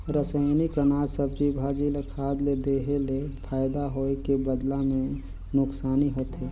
रसइनिक अनाज, सब्जी, भाजी ल खाद ले देहे ले फायदा होए के बदला मे नूकसानी होथे